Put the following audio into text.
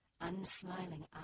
unsmiling